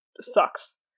sucks